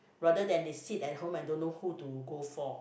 rather than they sit at home and don't know who to go for